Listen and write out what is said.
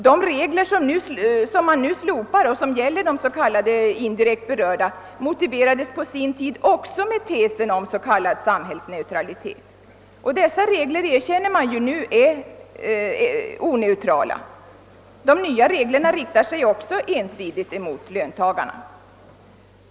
De regler som man nu vill slopa och som gäller indirekt berörda motiverades på sin tid också med tesen om s.k. samhällsneutralitet. Dessa regler erkänner man nu vara »oneutrala». De nya reglerna riktar sig också ensidigt mot löntagarna.